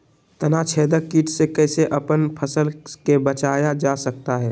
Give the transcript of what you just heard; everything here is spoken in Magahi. तनाछेदक किट से कैसे अपन फसल के बचाया जा सकता हैं?